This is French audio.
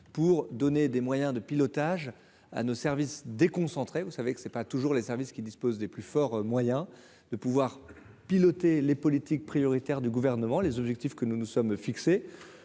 pour donner des moyens de pilotage à nos services déconcentrés, vous savez que c'est pas toujours les services qui dispose des plus forts moyen de pouvoir piloter, les politiques prioritaires du gouvernement, les objectifs que nous nous sommes fixés